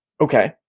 Okay